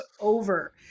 over